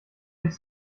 sich